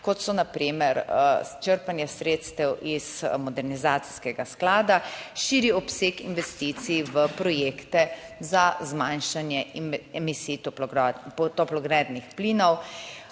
kot so na primer črpanje sredstev iz modernizacijskega sklada, širi obseg investicij v projekte za zmanjšanje emisij toplogrednih plinov.